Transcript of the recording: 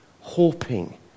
hoping